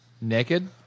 Naked